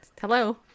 hello